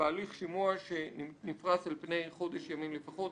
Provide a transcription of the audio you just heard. "בהליך שימוע שנפרש על-פני חודש ימים לפחות".